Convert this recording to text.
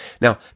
Now